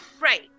Right